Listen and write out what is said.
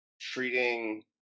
Treating